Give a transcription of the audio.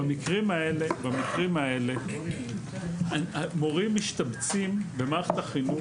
במקרים האלה מורים משתבצים במערכת החינוך,